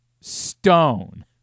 stone